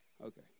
Okay